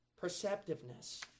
Perceptiveness